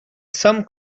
some